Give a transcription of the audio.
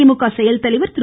திமுக செயல்தலைவர் திரு